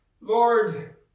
Lord